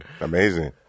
Amazing